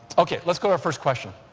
okay, let's go to our first question.